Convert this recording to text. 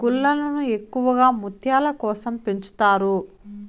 గుల్లలను ఎక్కువగా ముత్యాల కోసం పెంచుతారు